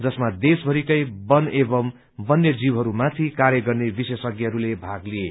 जसमा देशभरिकै वन एवं वन्यजीवहरू माथि कार्य गर्ने विशेषज्ञहरूले भाग लिए